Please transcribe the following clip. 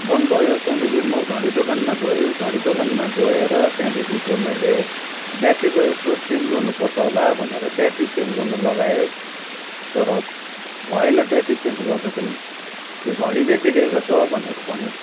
बन्द भयो त्यहाँदेखि म घडी दोकानमा गएँ घडी दोकानमा गएर त्यहाँदेखिको मैले ब्याट्री पो यसको चेन्ज गर्नु पर्छ होला भनेर ब्याट्री चेन्ज गर्नु लगाए तर भएन ब्याट्री चेन्ज गर्दा पनि यो घडी नै बिग्रेको छ भनेर भन्यो